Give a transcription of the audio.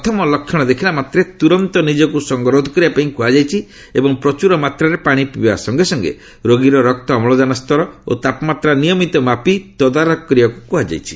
ପ୍ରଥମ ଲକ୍ଷଣ ଦେଖିଲା ମାତ୍ରେ ତୁରନ୍ତ ନିଜକୁ ସଙ୍ଗରୋଧ କରିବା ପାଇଁ କୁହାଯାଇଛି ଏବଂ ପ୍ରଚୁର ମାତ୍ରାରେ ପାଣି ପିଇବା ସଙ୍ଗେ ସଙ୍ଗେ ରୋଗୀର ରକ୍ତ ଅମ୍ଳଜାନ ସ୍ତର ଓ ତାପମାତ୍ରା ନିୟମିତ ମାପି ତଦାରଖ କରିବାକୁ କୁହାଯାଇଛି